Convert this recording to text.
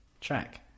track